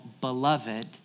beloved